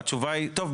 התשובה היא 'טוב,